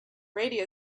radio